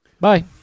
Bye